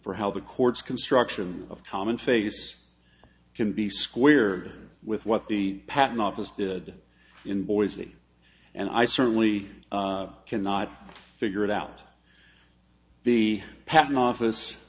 for how the courts construction of common face can be squared with what the patent office did in boise and i certainly cannot figure it out the patent office